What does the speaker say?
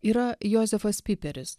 yra jozefas piperis